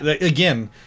again